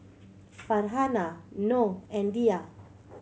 Farhanah Noh and Dhia